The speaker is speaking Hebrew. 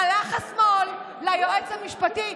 הלך השמאל ליועץ המשפטי,